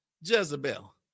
Jezebel